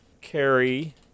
Carry